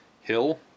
Hill